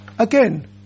Again